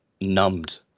numbed